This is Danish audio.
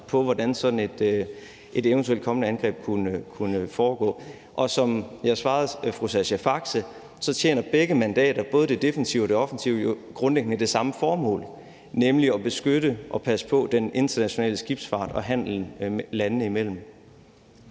til hvordan et sådant eventuelt kommende angreb kunne foregå. Som jeg svarede fru Sascha Faxe, tjener begge mandater, både det defensive og det offensive, jo grundlæggende det samme formål, nemlig at beskytte og passe på den internationale skibsfart og handelen landene imellem.